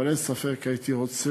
אבל אין ספק, הייתי רוצה